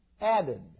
Added